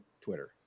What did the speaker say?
Twitter